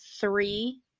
three